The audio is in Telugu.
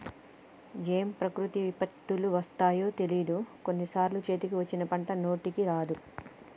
ఏం ప్రకృతి విపత్తులు వస్తాయో తెలియదు, కొన్ని సార్లు చేతికి వచ్చిన పంట నోటికి రాదు